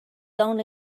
only